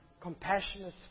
compassionate